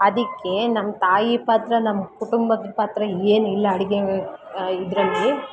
ಅದಕ್ಕೆ ನಮ್ಮ ತಾಯಿ ಪಾತ್ರ ನಮ್ಮ ಕುಟುಂಬದ ಪಾತ್ರ ಏನಿಲ್ಲ ಅಡಿಗೆ ಇದರಲ್ಲಿ